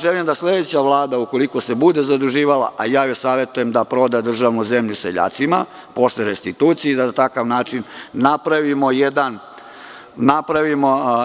Želim da sledeća Vlada, ukoliko se bude zaduživala, a ja joj savetujem da proda državnu zemlju seljacima posle restitucije i da na takav način napravimo